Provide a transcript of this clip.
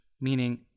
meaning